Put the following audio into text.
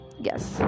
Yes